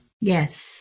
Yes